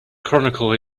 chronicle